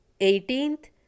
eighteenth